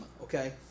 okay